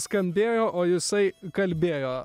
skambėjo o jisai kalbėjo